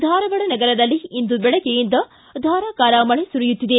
ಧಾರವಾಡ ನಗರದಲ್ಲಿ ಇಂದು ಬೆಳಗ್ಗೆಯಿಂದ ಧಾರಾಕಾರ ಮಳೆ ಸುರಿಯುತ್ತಿದೆ